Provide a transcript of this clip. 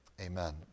amen